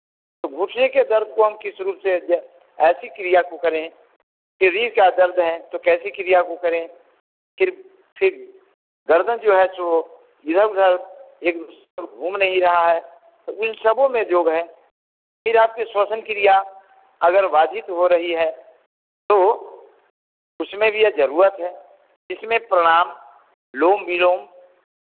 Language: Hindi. घुटने के दर्द को हम किस रूप से ऐसी क्रीया को करें का दर्द है तो कैसी क्रिया को करें फिर फिर गर्दन जो है जो इधर उधर एक घूम नहीं रहा है तो यह सबों में योग है फिर आपके क्रिया अगर बाधित हो रही है तो उसमें भी यह ज़रूरत है इसमें प्राणायाम अनुलोम विलोम